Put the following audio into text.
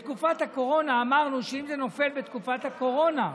בתקופת הקורונה אמרנו שאם זה נופל בתקופת הקורונה,